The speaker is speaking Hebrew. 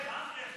כן.